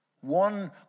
One